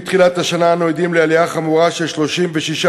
מתחילת השנה אנו עדים לעלייה חמורה של 36%